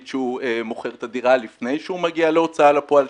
שהוא מוכר את הדירה לפני שהוא מגיע להוצאה לפועל,